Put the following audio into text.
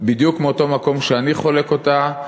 בדיוק מאותו מקום שאני חולק אותה,